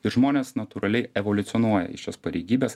žmonės natūraliai evoliucionuoja į šias pareigybes